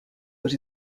but